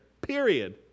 Period